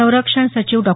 संरक्षण सचिव डॉ